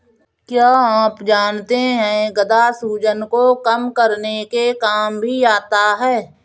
क्या आप जानते है गदा सूजन को कम करने के काम भी आता है?